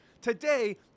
Today